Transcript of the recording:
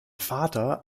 vater